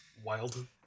Wild